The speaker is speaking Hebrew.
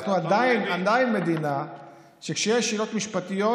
אנחנו עדיין מדינה שכשיש שאלות משפטיות,